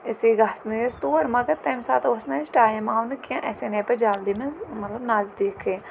أسے گژھنَے ٲسۍ تور مگر تَمہِ ساتہٕ اوس نہٕ اَسہِ ٹایم آو نہٕ کینٛہہ اَسہِ اَنے پَتہٕ جلدی منٛز مطلب نزدیٖکٕے